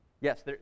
Yes